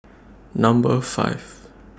Number five